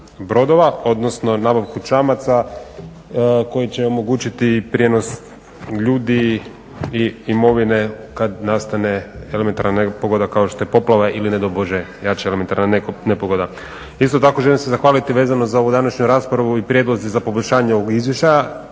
odnosno nabavku čamaca koji će omogućiti prijenos ljudi i imovine kad nastane elementarna nepogoda kao što je poplava ili ne daj Bože jača elementarna nepogoda. Isto tako želim se zahvaliti vezano za ovu današnju raspravu i prijedlozi za poboljšanje ovog izvješća,